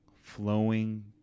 flowing